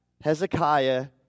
Hezekiah